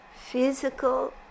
physical